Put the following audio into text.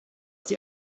die